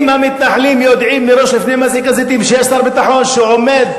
אם המתנחלים יודעים מראש לפני מסיק הזיתים שיש שר ביטחון שעומד,